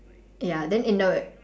ya then in the